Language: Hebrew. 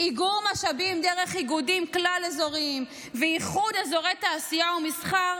איגום משאבים דרך איגודים כלל-אזוריים ואיחוד אזורי תעשייה ומסחר,